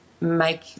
make